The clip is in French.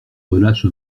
relâche